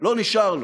לא נשאר לו.